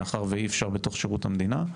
מאחר שאי-אפשר בתוך שירות המדינה.